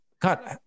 Cut